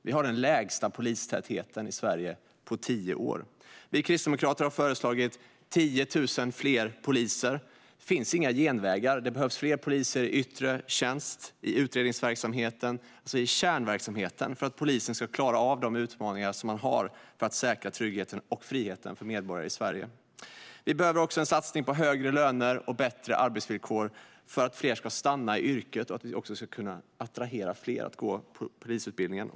Vi har den lägsta polistätheten i Sverige på tio år. Vi kristdemokrater har föreslagit 10 000 fler poliser. Det finns inga genvägar. Det behövs fler poliser i yttre tjänst och i utredningsverksamheten, det vill säga i kärnverksamheten, för att polisen ska klara av de utmaningar som de har för att säkra tryggheten och friheten för medborgare i Sverige. Vi behöver också en satsning på högre löner och bättre arbetsvillkor för att fler ska stanna i yrket och för att vi ska kunna attrahera flera att gå polisutbildningen.